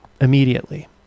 immediately